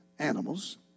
animals